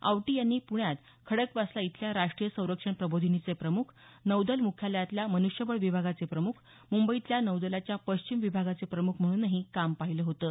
आवटी यांनी प्ण्यात खडकवासला इथल्या राष्ट्रीय संरक्षण प्रबोधिनीचे प्रमुख नौदल मुख्यालयातल्या मन्ष्यबळ विभागाचे प्रमुख मुंबईतल्या नौदलाच्या पश्चिम विभागाचे प्रमुख म्हणूनही काम पाहिलं होतं